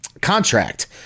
contract